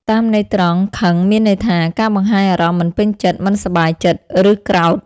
តាមន័យត្រង់ "ខឹង" មានន័យថា ការបង្ហាញអារម្មណ៍មិនពេញចិត្ត មិនសប្បាយចិត្ត ឬក្រោធ។